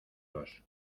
dos